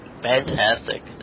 fantastic